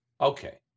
Okay